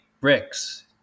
bricks